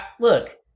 Look